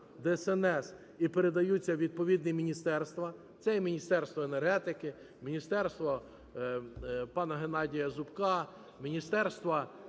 ДСНС і передаються у відповідні міністерства. Це і Міністерство енергетики, Міністерство пана Геннадія Зубка, міністерства,